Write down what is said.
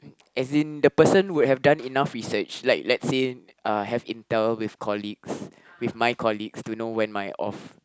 as in the person would have done enough research like let's say uh have Intel with colleagues with my colleagues to know when I'm off